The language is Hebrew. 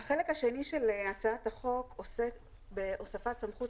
החלק השני של הצעת החוק עוסק בהוספת סמכות